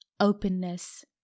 openness